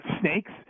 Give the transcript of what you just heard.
snakes